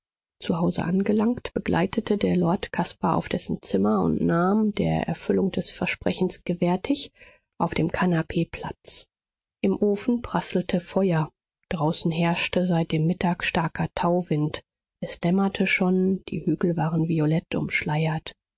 zu hause angelangt begleitete der lord caspar auf dessen zimmer und nahm der erfüllung des versprechens gewärtig auf dem kanapee platz im ofen prasselte feuer draußen herrschte seit dem mittag starker tauwind es dämmerte schon die hügel waren violett umschleiert